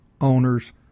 owner's